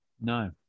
No